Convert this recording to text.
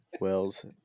Wells